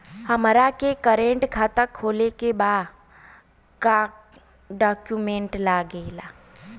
हमारा के करेंट खाता खोले के बा का डॉक्यूमेंट लागेला?